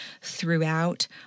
throughout